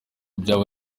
byaba